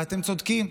ואתם צודקים,